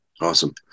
awesome